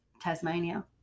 Tasmania